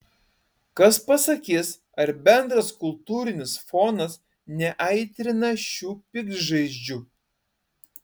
kas pasakys ar bendras kultūrinis fonas neaitrina šių piktžaizdžių